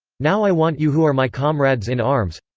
now i want you who are my comrades in arms.